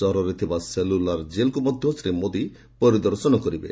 ସହରରେ ଥିବା ସେଲୁଲାର୍ ଜେଲ୍କୁ ମଧ୍ୟ ଶ୍ରୀ ମୋଦି ପରିଦର୍ଶନ କରିବେ